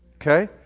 Okay